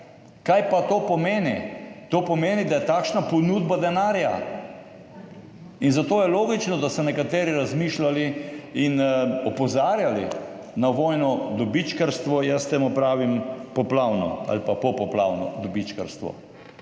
Kaj pa to pomeni? To pomeni, da je takšna ponudba denarja in zato je logično, da so nekateri razmišljali in opozarjali na vojno dobičkarstvo, jaz temu pravim poplavno ali pa popoplavno dobičkarstvo.